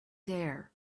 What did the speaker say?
there